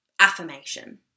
affirmation